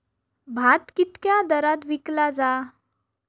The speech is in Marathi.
भात कित्क्या दरात विकला जा?